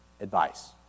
advice